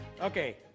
Okay